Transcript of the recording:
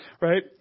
right